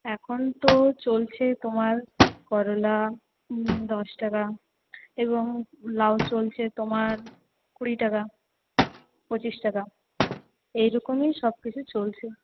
এখন তো চলছে তোমার করলা দশ টাকা এবং লাউ চলছে তোমার কুড়ি টাকা পঁচিশ টাকা এই রকমই সবকিছু চলছে